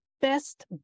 best